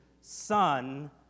son